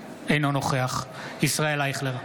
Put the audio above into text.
אינו נוכח ישראל אייכלר,